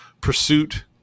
pursuit